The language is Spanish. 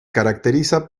caracteriza